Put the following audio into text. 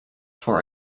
for